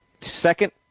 second